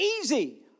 easy